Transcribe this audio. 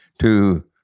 to